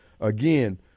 again